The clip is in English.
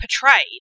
portrayed